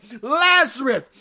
Lazarus